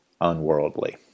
unworldly